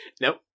Nope